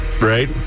Right